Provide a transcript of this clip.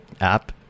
app